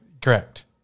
Correct